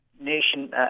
nation